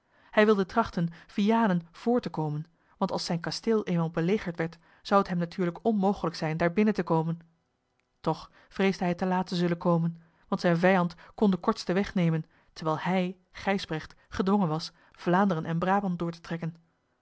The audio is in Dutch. hij wilde trachten vianen vr te komen want als zijn kasteel eenmaal belegerd werd zou het hem natuurlijk onmogelijk zijn daar binnen te komen toch vreesde hij te laat te zullen komen want zijn vijand kon den kortsten weg nemen terwijl hij gijsbrecht gedwongen was vlaanderen en brabant door te trekken